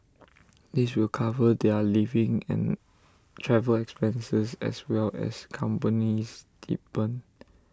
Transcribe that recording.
this will cover their living and travel expenses as well as company stipend